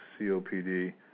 COPD